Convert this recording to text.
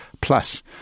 Plus